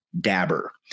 dabber